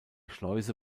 schleuse